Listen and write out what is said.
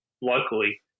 locally